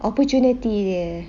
opportunity ya